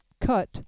cut